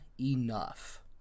enough